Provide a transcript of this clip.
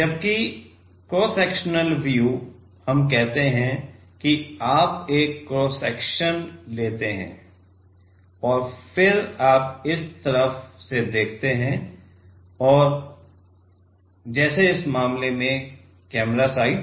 जबकि cross sectional view हम कहते हैं कि आप एक क्रॉस सेक्शन लेते हैं और फिर आप इस तरफ से देखते हैं जैसे इस मामले में कैमरा साइड